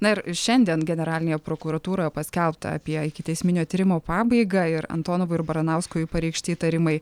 na ir šiandien generalinėje prokuratūroje paskelbta apie ikiteisminio tyrimo pabaigą ir antonovui ir baranauskui pareikšti įtarimai